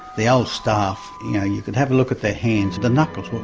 the old staff you know you could have a look at their hands the knuckles,